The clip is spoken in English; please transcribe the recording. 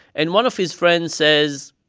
and one of his friends says,